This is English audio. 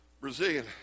Brazilian